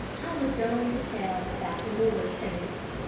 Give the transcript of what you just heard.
i was going to tell about the morris family.